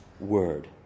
word